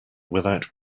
without